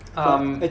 um